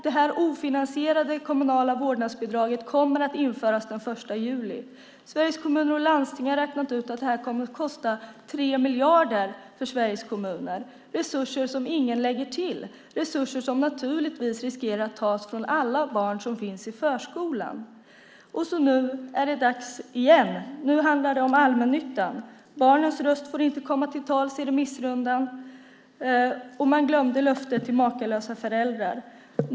Det ofinansierade kommunala vårdnadsbidraget kommer att införas den 1 juli. Sveriges Kommuner och Landsting har räknat ut att det kommer att kosta 3 miljarder för Sveriges kommuner. Det är resurser som ingen lägger till, resurser som naturligtvis riskerar att tas från alla barn som finns i förskolan. Nu är det dags igen. Nu handlar det om allmännyttan. Barnens röst får inte höras i remissrundan, och man glömde löftet till Makalösa föräldrar.